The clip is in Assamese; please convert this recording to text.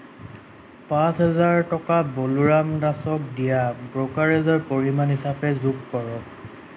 পাঁচ হাজাৰ টকা বলোৰাম দাসক দিয়া ব্ৰ'কাৰেজৰ পৰিমাণ হিচাপে যোগ কৰক